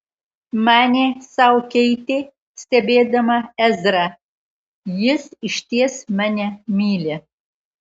manė sau keitė stebėdama ezrą jis išties mane myli